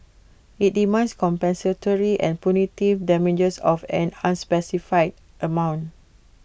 IT demands compensatory and punitive damages of an unspecified amount